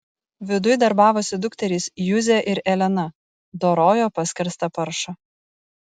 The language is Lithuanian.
viduj darbavosi dukterys juzė ir elena dorojo paskerstą paršą